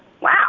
Wow